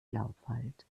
laubwald